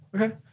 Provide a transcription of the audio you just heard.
Okay